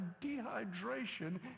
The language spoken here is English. dehydration